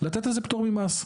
לתת על זה פטור ממס.